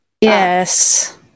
Yes